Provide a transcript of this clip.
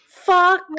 Fuck